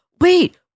Wait